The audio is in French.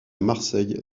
marseille